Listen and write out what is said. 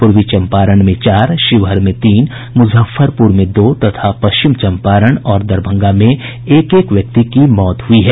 पूर्वी चम्पारण में चार शिवहर में तीन मुजफ्फरपुर में दो तथा पश्चिम चम्पारण और दरभंगा में एक एक व्यक्ति की मौत हुई है